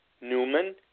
Newman